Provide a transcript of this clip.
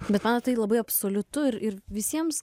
bet man tai labai absoliutu ir ir visiems